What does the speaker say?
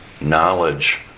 knowledge